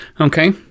Okay